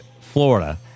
florida